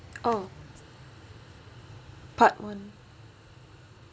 oh part one